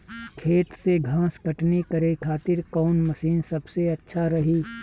खेत से घास कटनी करे खातिर कौन मशीन सबसे अच्छा रही?